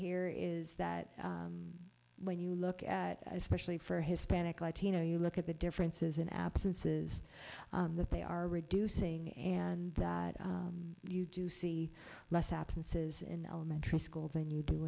here is that when you look at especially for hispanic latino you look at the differences in absences that they are reducing and you do see less absences in elementary school than you do